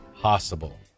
possible